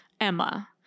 Emma